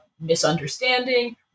misunderstanding